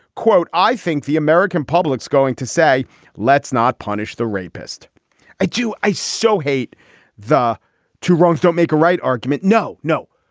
quote i think the american public's going to say let's not punish the rapist do i so hate the two wrongs don't make a right argument. no. no.